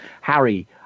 Harry